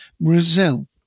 Brazil